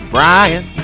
Brian